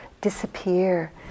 disappear